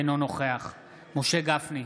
אינו נוכח משה גפני,